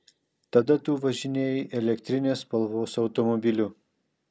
tada tu važinėjai elektrinės spalvos automobiliu